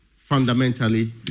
fundamentally